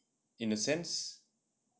in a sense